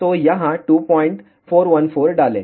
तो यहां 2414 डालें